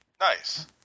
nice